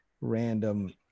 random